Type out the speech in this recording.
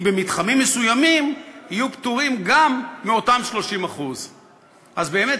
במתחמים מסוימים יהיו פטורים גם מאותם 30%. אז באמת,